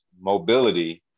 mobility